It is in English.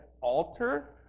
alter